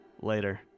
later